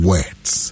Words